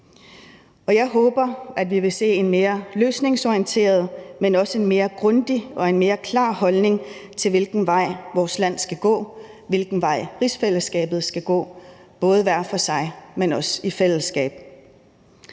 jeg håber, at vi vil se en mere løsningsorienteret, men også en mere grundig og en mere klar holdning til, hvilken vej vores land skal gå, og hvilken vej rigsfællesskabet skal gå, både hver for sig, men også i fællesskab.